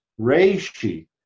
reishi